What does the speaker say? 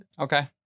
Okay